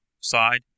side